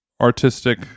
artistic